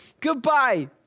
goodbye